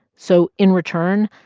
so in return,